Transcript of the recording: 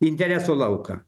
interesų lauką